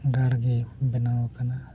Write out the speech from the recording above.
ᱜᱟᱲ ᱜᱮ ᱵᱮᱱᱟᱣ ᱟᱠᱟᱱᱟ